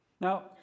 Now